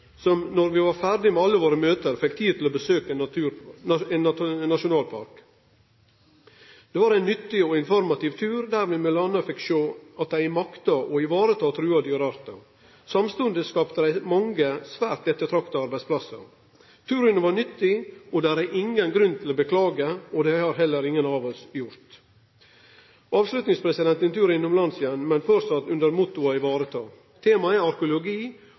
som, då vi var ferdige med alle våre møte, fekk tid til å besøkje ein nasjonalpark. Det var ein nyttig og informativ tur, der vi m.a. fekk sjå at dei makta å vareta trua dyreartar. Samstundes skapte dei mange svært ettertrakta arbeidsplassar. Turen var nyttig, og det er ingen grunn til å beklage, og det har heller ingen av oss gjort. Til slutt ein tur innanlands igjen, men framleis under mottoet å vareta. Temaet er